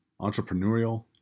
entrepreneurial